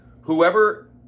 whoever